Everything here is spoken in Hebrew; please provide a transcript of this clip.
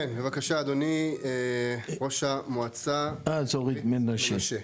כן בבקשה, אדוני ראש המועצה האזורית מנשה.